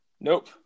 Nope